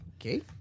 okay